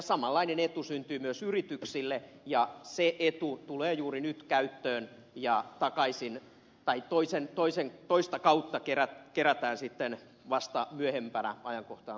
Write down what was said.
samanlainen etu syntyy myös yrityksille ja se etu tulee juuri nyt käyttöön ja toista kautta kerätään sitten vasta myöhempään ajankohtaan